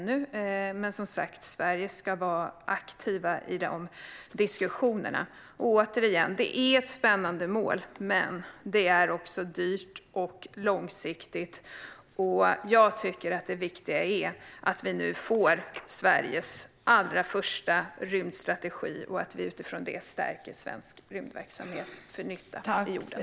Sverige ska dock som sagt vara aktivt i dessa diskussioner. Det är, återigen, ett spännande mål, men det är också dyrt och långsiktigt. Jag tycker att det viktiga är att vi nu får Sveriges allra första rymdstrategi och att vi utifrån detta stärker svensk rymdverksamhet till nytta för jorden.